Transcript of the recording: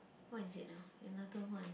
what is it ah another one